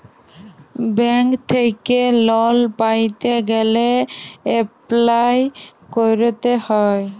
bank থ্যাইকে loan পাইতে গ্যালে এপ্লায় ক্যরতে হ্যয়